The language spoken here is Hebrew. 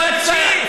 אתה גיס חמישי.